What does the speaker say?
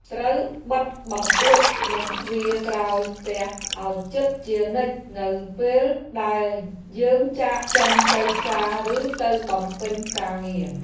ត្រូវបិទបង្អួចនិងទ្វារក្រោយផ្ទះឱ្យជិតជានិច្ចនៅពេលដែលយើងចាកចេញទៅផ្សារឬទៅបំពេញការងារ។